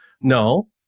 no